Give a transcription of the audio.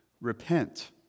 Repent